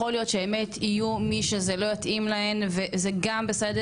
יכול להיות שאמת יהיו מי שזה לא יתאים להן וזה גם בסדר,